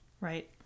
Right